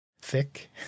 thick